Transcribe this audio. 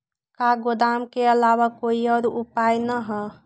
का गोदाम के आलावा कोई और उपाय न ह?